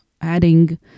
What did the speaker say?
adding